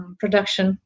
production